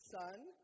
Son